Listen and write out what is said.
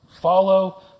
Follow